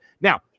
Now